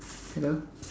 hello